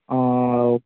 ആ ഓ